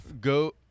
go